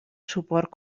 suport